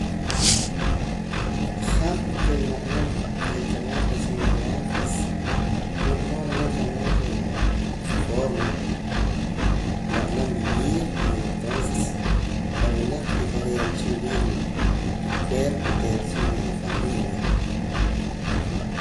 jaa' porque na b'anam cambiar personalidad pues wula mood na b'anam cambiar re' forma reh nab'anam vivir y entonces la winaq diferente cha nwii' ricuerpo oontera cha ri familia va.